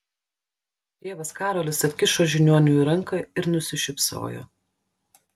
tėvas karolis atkišo žiniuoniui ranką ir nusišypsojo